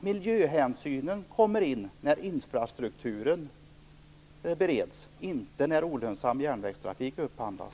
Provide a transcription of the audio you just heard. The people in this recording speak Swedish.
Miljöhänsynen kommer in när infrastukturen bereds, inte när olönsam järnvägstrafik upphandlas.